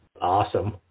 Awesome